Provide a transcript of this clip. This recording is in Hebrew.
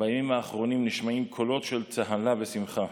בימים האחרונים נשמעים קולות של צהלה ושמחה,